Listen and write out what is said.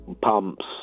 pumps